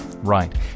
right